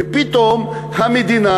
ופתאום המדינה,